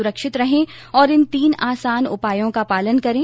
सुरक्षित रहें और इन तीन आसान उपायों का पालन करें